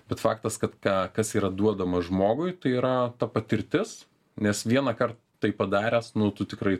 bet faktas kad ką kas yra duodama žmogui tai yra ta patirtis nes vienąkart tai padaręs nu tu tikrai